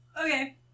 Okay